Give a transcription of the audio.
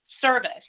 service